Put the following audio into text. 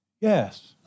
Yes